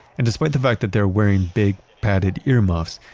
and despite the fact that they're wearing big, padded earmuffs,